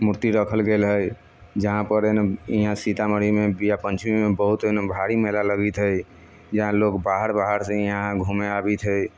मूर्ति रखल गेल हइ जहाँपर इहाँ सीतामढ़ीमे बिआह पञ्चमीमे बहुत भारी मेला लगैत हइ यहाँ लोक बाहर बाहरसँ इहाँ घूमै आबैत हइ